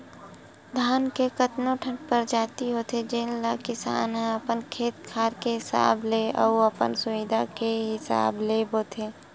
धान के कतको ठन परजाति होथे जेन ल किसान ह अपन खेत खार के हिसाब ले अउ अपन सुबिधा के हिसाब ले बोथे